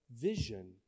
Vision